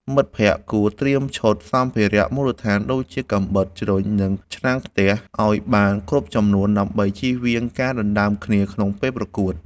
មិត្តភក្តិគួរត្រៀមឈុតសម្ភារៈមូលដ្ឋានដូចជា កាំបិត ជ្រុញ និងឆ្នាំងខ្ទះ ឱ្យបានគ្រប់ចំនួនដើម្បីចៀសវាងការដណ្ដើមគ្នាក្នុងពេលប្រកួត។